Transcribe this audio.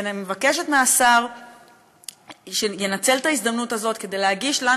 ואני מבקשת מהשר שינצל את ההזדמנות הזאת כדי להגיש לנו,